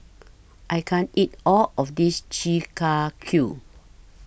I can't eat All of This Chi Kak Kuih